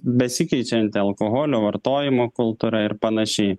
besikeičianti alkoholio vartojimo kultūra ir panašiai